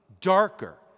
darker